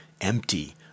empty